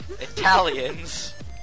Italians